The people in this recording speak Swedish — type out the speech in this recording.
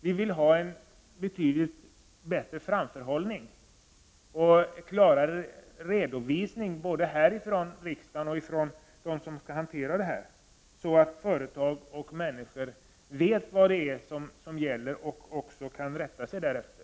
Vi vill ha en betydligt bättre framförhållning och klarare redovisning både från riksdagen och från dem som skall hantera dessa frågor, så att företag och människor vet vad som gäller och kan rätta sig därefter.